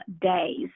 days